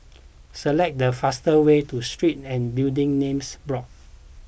select the faster way to Street and Building Names Board